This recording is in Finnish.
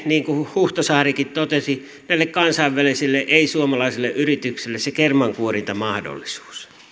niin kuin huhtasaarikin totesi kansainvälisille ei suomalaisille yrityksille sen kermankuorintamahdollisuuden